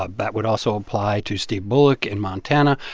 ah but would also apply to steve bullock in montana.